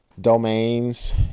domains